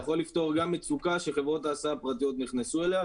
זה יכול לפתור גם מצוקה שחברות ההסעה הפרטיות נכנסו אליה,